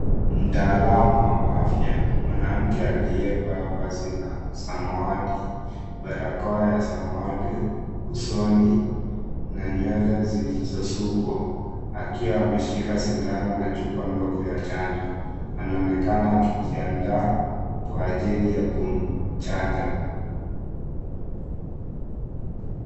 Mtaalawa afya, mwanamke aliye vaa vazi la samawati, barakoa ya samawati usoni, na nywele zilizo sukwa, akiwa ameshika sindano na chupa ndogo ya chanjo, anaonekana akijiandaa kwa ajili ya kumchanja.